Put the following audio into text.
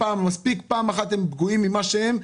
מספיק פעם אחת הם פגועים ממה שהם,